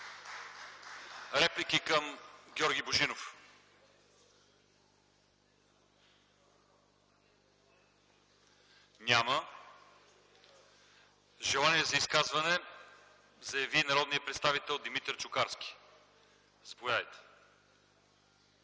Реплики към Георги Божинов? Няма. Желание за изказване изяви народният представител Димитър Чукарски. Заповядайте.